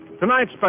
Tonight's